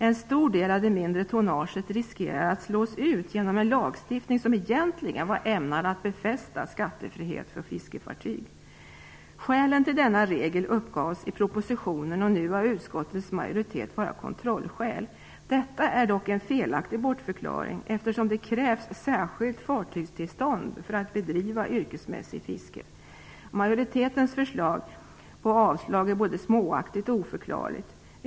En stor del av det mindre tonnaget risker att slås ut genom en lagstiftning som egentligen var ämnad att befästa skattefrihet för fiskefartyg. Skälen till denna regel uppgavs i propositionen och nu av skatteutskottets majoritet vara kontrollskäl. Detta är dock en helt felaktig bortförklaring, eftersom det krävs särskilt fartygstillstånd för att bedriva yrkesmässigt fiske. Majoritetens förslag är både småaktigt och oförklarligt.